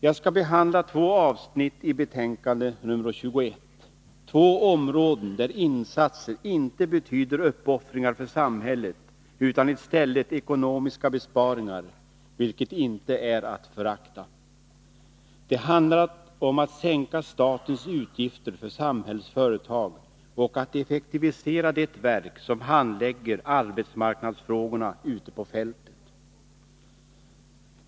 Jag skall behandla två avsnitt i betänkande nr 21— två områden där insatser inte betyder uppoffringar för samhället utan i stället ekonomiska besparingar, vilket inte är att förakta. Det handlar om att sänka statens utgifter för Samhällsföretag och att effektivisera det verk som handlägger arbetsmarknadsfrågorna ute på fältet.